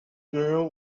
girl